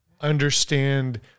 Understand